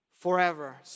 forever